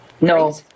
No